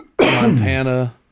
Montana